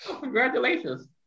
Congratulations